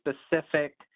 specific